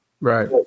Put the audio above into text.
Right